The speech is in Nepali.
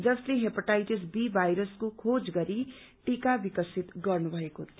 जसले हेपाटाइटिस बी भाइरसको खोज गरी टीका विकसित गर्नुभएको थियो